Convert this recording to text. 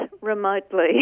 remotely